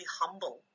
humble